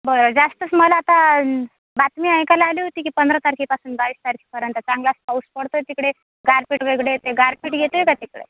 बरं जास्तच मला आता बातमी ऐकायला आली होती की पंधरा तारखेपासून बावीस तारखेपर्यंत चांगलाच पाऊस पडतो आहे तिकडे गारपीट वगैरे येत आहे गारपीट येत आहे का तिकडे